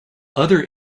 other